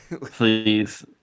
Please